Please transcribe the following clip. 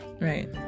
Right